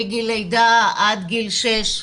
מגיל לידה עד גיל שש,